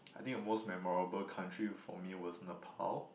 I think the most memorable country for me was Nepal